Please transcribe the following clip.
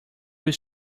will